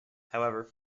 however